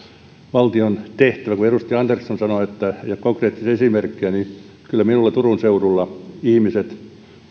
valtion tehtävä kun edustaja andersson sanoi konkreettisia esimerkkejä niin kyllä minulta turun seudulla ihmiset siellä on